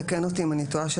תקן אותי אם אני טועה,